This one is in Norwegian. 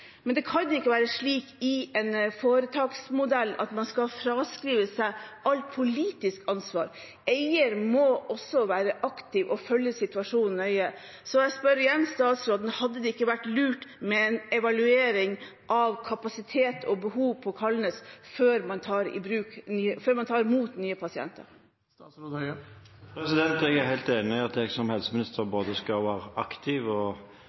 Men det kan ikke være slik i en foretaksmodell at man skal fraskrive seg alt politisk ansvar. Eieren må også være aktiv og følge situasjonen nøye. Jeg spør igjen statsråden: Hadde det ikke vært lurt med en evaluering av kapasitet og behov på Kalnes før man tar imot nye pasienter? Jeg er helt enig i at jeg som helseminister både skal være aktiv og